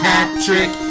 Patrick